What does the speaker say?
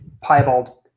piebald